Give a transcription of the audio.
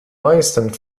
meisten